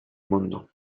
mundo